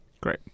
Great